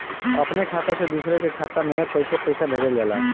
अपने खाता से दूसरे के खाता में कईसे पैसा भेजल जाला?